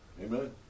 Amen